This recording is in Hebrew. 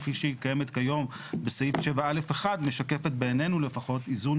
כפי שהיא קיימת היום בסעיף 7א(1) משקפת בעינינו לפחות איזון